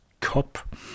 COP